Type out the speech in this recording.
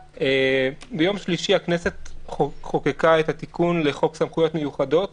ביום שלישי הכנסת חוקקה את התיקון לחוק סמכויות מיוחדות.